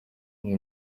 buri